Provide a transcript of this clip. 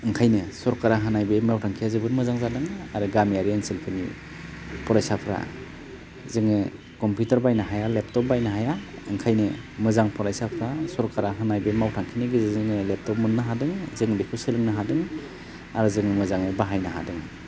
ओंखायनो सरकारआ होनाय बे मावथांखिया जोबोर मोजां जादों आरो गामियारि ओनसोलफोरनि फरायसाफ्रा जोङो कम्पिउटार बायनो हाया लेपटप बायनो हाया ओंखायनो मोजां फरायसाफ्रा सरकारआ होनाय बे मावथांखिनि गेजेरजों जोङो लेपटप मोननो हादों जों बेखौ सोलोंनो हादों आरो जों मोजाङै बाहायनो हादों